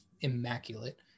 immaculate